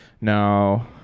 No